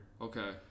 Okay